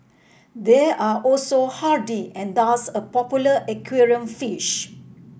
they are also hardy and thus a popular aquarium fish